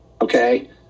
okay